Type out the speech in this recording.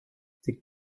the